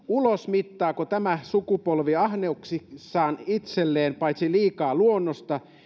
ulosmittaako tämä sukupolvi ahneuksissaan itselleen liikaa paitsi luonnosta